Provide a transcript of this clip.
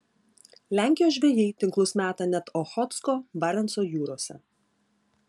lenkijos žvejai tinklus meta net ochotsko barenco jūrose